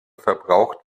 verbraucht